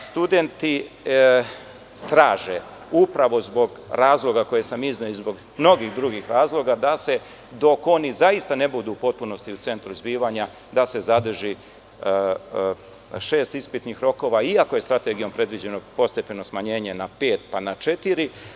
Studenti traže upravo zbog razloga koje sam izneo i mnogih drugih da se dok se oni zaista ne budu u centru zbivanja, da se zadrži šest ispitnih rokova, iako je strategijom predviđeno postepeno smanjenje na pet pa na četiri.